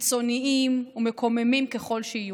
קיצוניים ומקוממים ככל שיהיו,